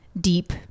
deep